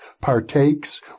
partakes